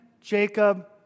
Jacob